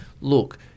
look